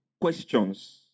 questions